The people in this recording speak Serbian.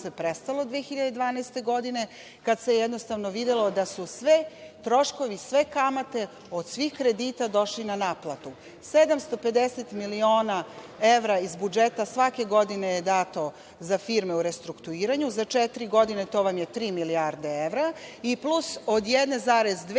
prestalo 2012. godine, kad se jednostavno videlo da su svi troškovi, sve kamate od svih kredita došli na naplatu, 750 miliona evra iz budžeta svake godine je dato za firme u restrukturiranju, za četiri godine to vam je tri milijarde evra i plus od 1,2